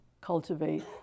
cultivate